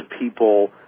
people